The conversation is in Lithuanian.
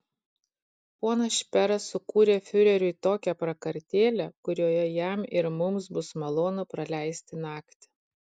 ponas šperas sukūrė fiureriui tokią prakartėlę kurioje jam ir mums bus malonu praleisti naktį